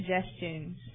suggestions